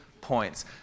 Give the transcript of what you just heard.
points